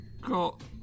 got